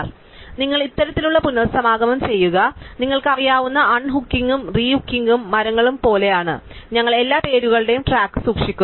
അതിനാൽ നിങ്ങൾ ഇത്തരത്തിലുള്ള പുനസമാഗമം ചെയ്യുക നിങ്ങൾക്കറിയാവുന്ന അൺ ഹുക്കിംഗും റീ ഹുക്കിംഗ് മരങ്ങളും പോലെയാണ് ഞങ്ങൾ എല്ലാ പേരുകളുടെയും ട്രാക്ക് സൂക്ഷിക്കുന്നു